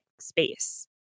space